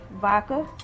vodka